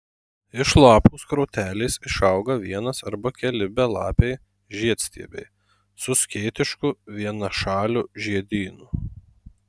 iš lapų skrotelės išauga vienas arba keli belapiai žiedstiebiai su skėtišku vienašaliu žiedynu